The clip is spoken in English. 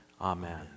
Amen